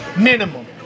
minimum